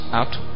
out